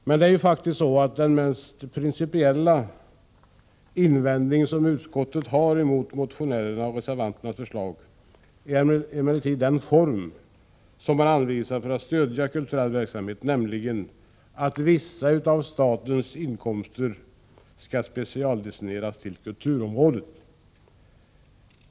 Men den mest principiella invändning utskottet har mot motionärernas och reservanternas förslag gäller den form man anvisar för att stödja kulturell verksamhet, nämligen att vissa av statens inkomster skall specialdestineras till kulturområdet.